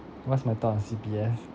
what's my thought on C_P_F